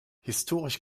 historisch